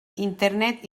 internet